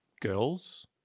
girls